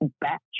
batch